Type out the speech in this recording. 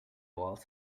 waltz